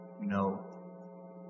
no